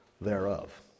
thereof